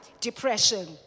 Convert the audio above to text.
depression